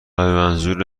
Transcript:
منظور